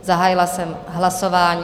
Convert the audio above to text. Zahájila jsem hlasování.